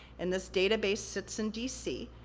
and this database sits in d c,